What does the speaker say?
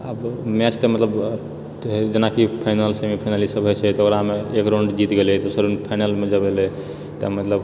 आब मैच तऽ मतलब जेनाकि फाइनल सेमी फाइनल ई सब रहै छेै तऽ ओकरामे एक राउण्ड जीत गेलेै दोसरमे फाइनलमे जब एलेै तऽ मतलब